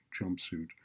jumpsuit